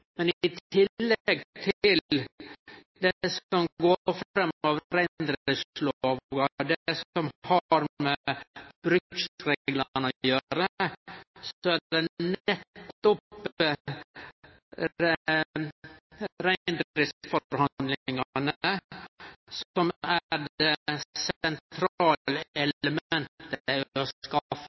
Men i tillegg til det som går fram av reindriftslova – det som har med bruksreglane å gjere – er det nettopp reindriftsforhandlingane som er det